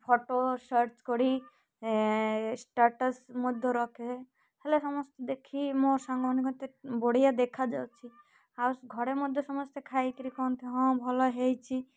photo search କରି status ମଧ୍ୟ ରଖେ ହେଲେ ସମସ୍ତେ ଦେଖି ମୋ ସାଙ୍ଗ ବଢ଼ିଆ ଦେଖାଯାଉଛି ଆଉ ଘରେ ମଧ୍ୟ ସମସ୍ତେ ଖାଇକରି କହନ୍ତି ହଁ ଭଲ ହେଇଛି